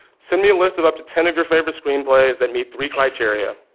send me a list of up to ten of your favorite screenplays that meet three criteria.